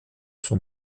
son